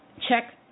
check